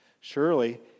Surely